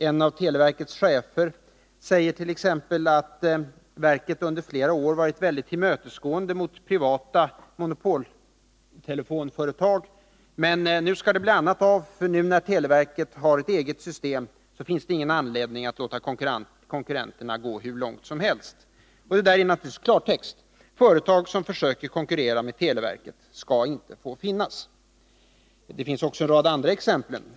En av televerkets chefer säger t.ex. att verket under flera år varit väldigt tillmötesgående mot privata monopoltelefonföretag men att det nu skall bli annat av — för nu, när televerket har ett eget system, finns det ingen anledning att låta konkurrenterna gå hur långt som helst. Det här betyder naturligtvis i klartext att konkurrens med televerket inte skall få förekomma. Det finns också en rad andra exempel.